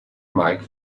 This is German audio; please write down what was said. mike